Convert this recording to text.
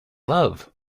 love